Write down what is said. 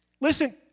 Listen